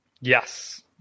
Yes